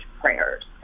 prayers